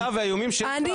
הסתה והאיומים בכל מקום,